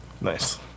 Nice